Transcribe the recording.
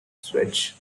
switch